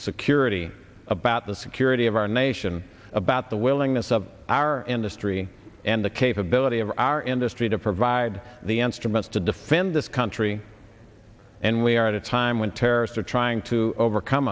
security about the security of our nation about the willingness of our industry and the capability of our industry to provide the answer amounts to defend this country and we are at a time when terrorists are trying to overcome